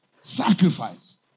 sacrifice